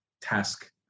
task